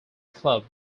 club